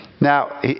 now